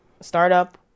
startup